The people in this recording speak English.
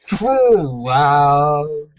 Wow